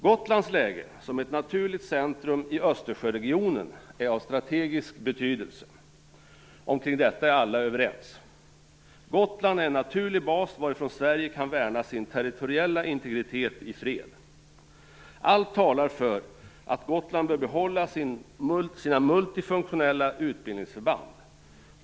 Gotlands läge som ett naturligt centrum i Östersjöregionen är av strategisk betydelse. Om detta är alla överens. Gotland är en naturlig bas varifrån Sverige kan värna sin territoriella integritet i fred. Allt talar för att Gotland bör behålla sina multifunktionella utbildningsförband.